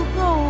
go